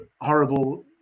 horrible